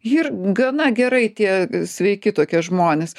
ir gana gerai tie sveiki tokie žmonės